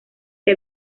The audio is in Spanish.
que